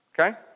Okay